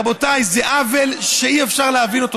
רבותיי, זה עוול שאי-אפשר להבין אותו.